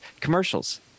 Commercials